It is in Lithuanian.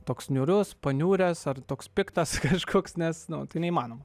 toks niūrus paniuręs ar toks piktas kažkoks nes nu tai neįmanoma